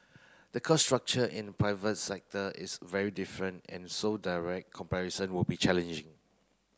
the cost structure in private sector is very different and so direct comparison would be challenging